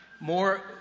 More